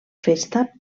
festa